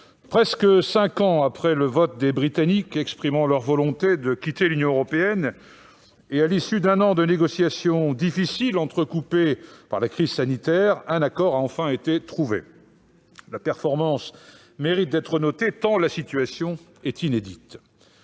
presque cinq ans après le vote des Britanniques exprimant leur volonté de sortir de l'Union européenne et à l'issue d'un an de négociations difficiles entrecoupées par la crise sanitaire, un accord a enfin été trouvé. La performance mérite d'être soulignée tant la situation est inédite.